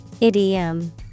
Idiom